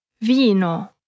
Vino